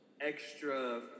extra